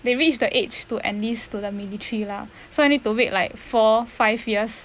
they reach the age to enlist to the military lah so I need to wait like four five years